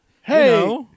hey